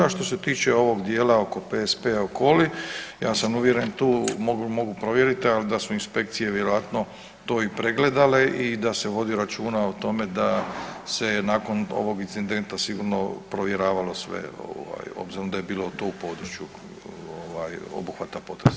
A što se tiče ovog dijela oko PPS Okoli, ja sam uvjeren tu mogu provjeriti ali da su inspekcije vjerojatno to i pregledale i da se vodi računa o tome da se nakon ovog incidenta sigurno provjeravalo sve ovaj obzirom da je bilo to u području obuhvata potresa.